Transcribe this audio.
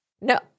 No